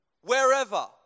wherever